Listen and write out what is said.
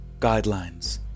guidelines